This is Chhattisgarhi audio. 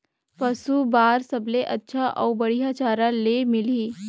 पशु बार सबले अच्छा अउ बढ़िया चारा ले मिलही?